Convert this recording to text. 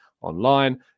online